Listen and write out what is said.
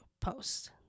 post